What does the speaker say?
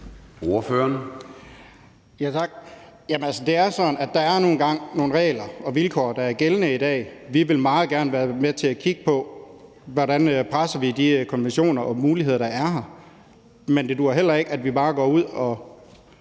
er nogle regler og vilkår, der er gældende i dag. Vi vil meget gerne være med til at kigge på, hvordan vi presser de konventioner og muligheder, der er, men det duer heller ikke, at vi bare går ud og